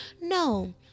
No